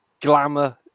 glamour